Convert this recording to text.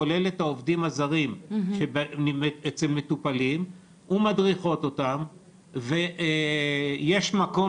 כולל את העובדים הזרים אצל מטופלים ומדריכות אותם ויש מקום